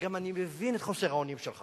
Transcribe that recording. ואני גם מבין את חוסר האונים שלך